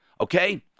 okay